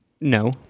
No